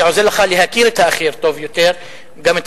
זה עוזר לך להכיר טוב יותר את האחר,